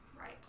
Right